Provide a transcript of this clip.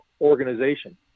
organization